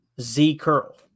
Z-curl